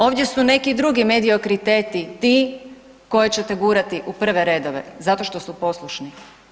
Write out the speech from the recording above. Ovdje su neki drugi mediokriteti ti koje ćete gurati u prve redove, zato što su poslušni.